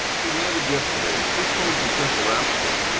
he landed yesterday. just home from central africa.